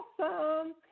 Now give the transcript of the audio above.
Awesome